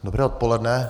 Dobré odpoledne.